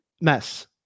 mess